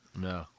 No